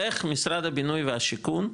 איך משרד הבינוי והשיכון,